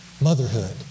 motherhood